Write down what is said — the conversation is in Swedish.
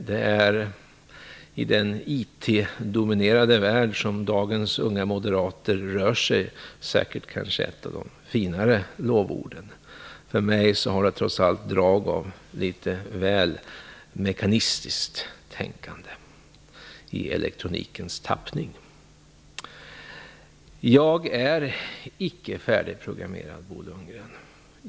Det är i den IT-dominerade värld där dagens unga moderater rör sig kanske ett av de finare lovorden. För mig har det trots allt drag av litet väl mekanisktiskt tänkande i elektronikens tappning. Jag är icke färdigprogrammerad, Bo Lundgren.